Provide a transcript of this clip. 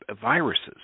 viruses